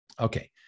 Okay